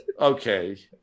okay